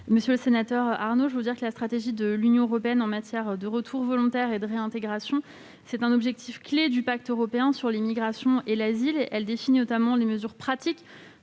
Monsieur le sénateur Arnaud, la stratégie de l'Union européenne en matière de retour volontaire et de réintégration est un objectif clef du pacte européen pour l'asile et les migrations. Elle définit notamment les mesures pratiques